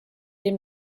dem